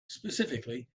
specifically